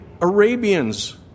Arabians